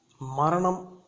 Maranam